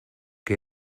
que